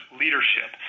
leadership